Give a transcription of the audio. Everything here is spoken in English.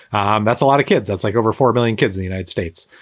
and that's a lot of kids. that's like over four million kids in the united states.